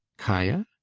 kaia?